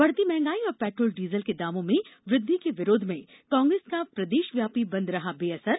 बढ़ती महंगाई और पेट्रोल डीजल के दामों में वृद्धि के विरोध में कांग्रेस का प्रदेशव्यापी बंद रहा बेअसर